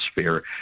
sphere